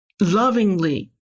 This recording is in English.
lovingly